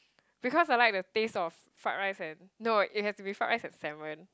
because I like the taste of fried rice and no it has to be fried rice and salmon